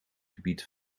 gebied